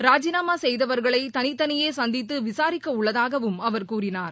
ராஜினாமாசெய்தவர்களைதளித்தனியேசந்தித்துவிசாரிக்கஉள்ளதாகவும் அவர் கூறினார்